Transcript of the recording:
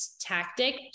tactic